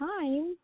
time